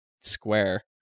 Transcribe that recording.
square